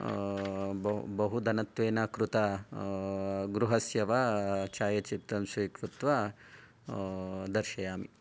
बहु बहुधनत्वेन कृत गृहस्य वा छायाचित्रं स्वीकृत्य दर्शयामि